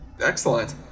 Excellent